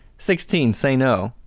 sixteen, say, no.